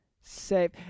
safe